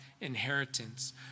inheritance